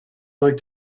like